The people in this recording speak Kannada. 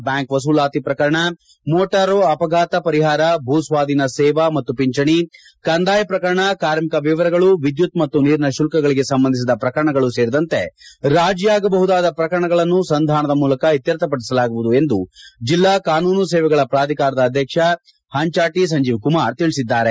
ಬ್ಯಾಂಕ್ ವಸೂಲಾತಿ ಪ್ರಕರಣ ಮೋಟಾರು ಅಪಘಾತ ಪರಿಹಾರ ಭೂ ಸ್ವಾಧೀನ ಸೇವಾ ಮತ್ತು ಪಿಂಚಣಿ ಕಂದಾಯ ಪ್ರಕರಣ ಕಾರ್ಮಿಕ ವಿವರಗಳು ವಿದ್ಯುತ್ ಮತ್ತು ನೀರಿನ ಶುಲ್ಕಗಳಿಗೆ ಸಂಬಂಧಿಸಿದ ಪ್ರಕರಣಗಳು ಸೇರಿದಂತೆ ರಾಜಿಯಾಗಬಹುದಾದ ಪ್ರಕರಣಗಳನ್ನು ಸಂಧಾನದ ಮೂಲಕ ಇತ್ತರ್ಥಪಡಿಸಲಾಗುವುದು ಎಂದು ಜಿಲ್ಲಾ ಕಾನೂನು ಸೇವೆಗಳ ಪ್ರಾಧಿಕಾರದ ಅಧ್ಯಕ್ಷ ಹಂಜಾಟೆ ಸಂಜೀವಕುಮಾರ ತಿಳಿಸಿದ್ದಾರೆ